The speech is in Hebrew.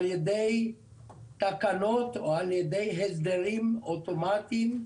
על ידי תקנות או על ידי הסדרים אוטומטיים,